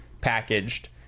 packaged